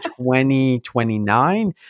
2029